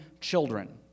children